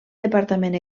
departament